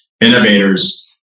innovators